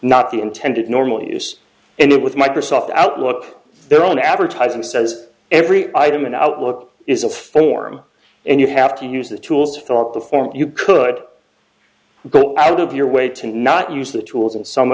the intended normal use and with microsoft outlook there on advertising says every item in outlook is a form and you have to use the tools to fill out the form you could go out of your way to not use the tools and some